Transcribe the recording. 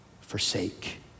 forsake